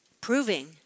Proving